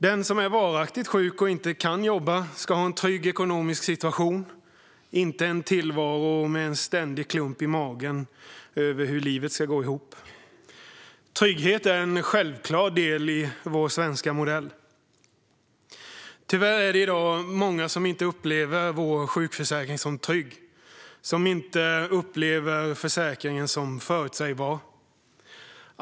Den som är varaktigt sjuk och inte kan jobba ska ha en trygg ekonomisk situation, inte en tillvaro med en ständig klump i magen för hur livet ska gå ihop. Trygghet är en självklar del av den svenska modellen. Tyvärr är det i dag många som inte upplever vår sjukförsäkring som trygg och som inte upplever försäkringen som förutsägbar.